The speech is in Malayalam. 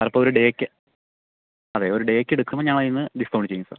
അതിപ്പോൾ ഒരു ഡേയ്ക്ക് അതെ ഒരു ഡേയ്ക്ക് എടുക്കുമ്പോൾ ഞങ്ങൾ അതിൽ നിന്ന് ഡിസ്കൗണ്ട് ചെയ്യും സർ